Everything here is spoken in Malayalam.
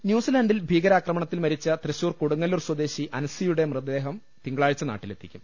ന്യൂസിലാന്റിൽ ഭീകരാക്രമണത്തിൽ മരിച്ച തൃശൂർ കൊടു ങ്ങല്പൂർ സ്വദേശി അൻസിയുടെ മൃതദേഹം തിങ്കളാഴ്ച നാട്ടിലെ ത്തിക്കും